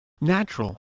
Natural